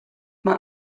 mae